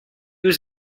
was